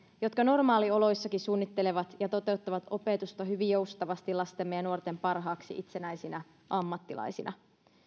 jotka normaalioloissakin suunnittelevat ja toteuttavat opetusta hyvin joustavasti lastemme ja nuortemme parhaaksi itsenäisinä ammattilaisina